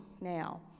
now